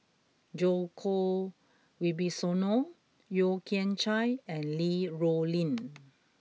Djoko Wibisono Yeo Kian Chye and Li Rulin